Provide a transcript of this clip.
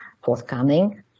forthcoming